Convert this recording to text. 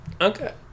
Okay